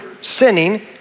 sinning